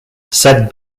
said